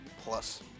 plus